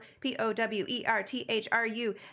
P-O-W-E-R-T-H-R-U